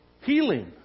healing